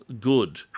good